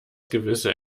gewisse